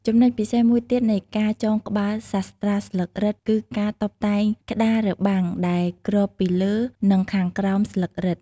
ចំណុចពិសេសមួយទៀតនៃការចងក្បាលសាស្រ្តាស្លឹករឹត គឺការតុបតែងក្តារបាំងដែលគ្របពីលើ និងខាងក្រោមស្លឹករឹត។